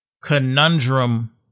conundrum